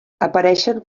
apareixen